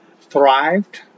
thrived